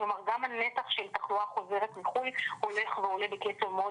כלומר גם הנתח של תחלואה חוזרת מחו"ל הולך ועולה בקצב מאוד